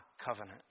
covenant